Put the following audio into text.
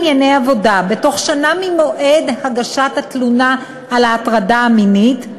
בענייני עבודה בתוך שנה ממועד הגשת התלונה על ההטרדה המינית,